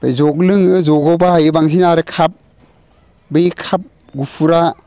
जग लोङो जगआव बाहायो बांसिन आरो काप बै काप गुफुरा